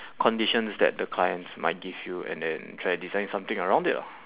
conditions that the client might give you and then try design something around it lah